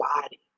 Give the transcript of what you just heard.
body